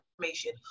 information